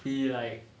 he like